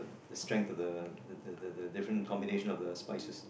strength of the the the the the different combination of the spices